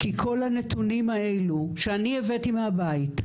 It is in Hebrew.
כי כל הנתונים האלו שאני הבאתי מהבית,